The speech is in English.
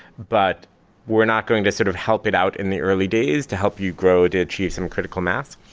but we're not going to sort of help it out in the early days to help you grow to achieve some critical mass.